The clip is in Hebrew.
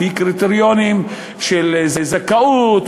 לפי קריטריונים של זכאות,